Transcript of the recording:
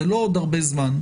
זה לא עוד הרבה זמן.